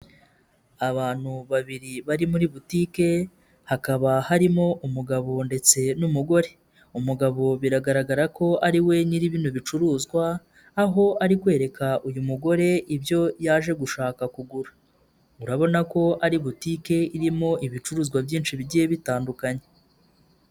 Abantu babiri bari muri butike hakaba harimo umugabo ndetse n'umugore, umugabo biragaragara ko ari we nyiri bino bicuruzwa, aho ari kwereka uyu mugore ibyo yaje gushaka kugura urabona ko ari butike irimo ibicuruzwa byinshi bigiye bitandukanya.